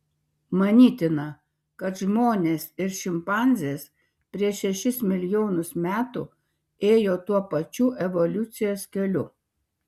manytina kad žmonės ir šimpanzės prieš šešis milijonus metų ėjo tuo pačiu evoliucijos keliu